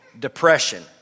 depression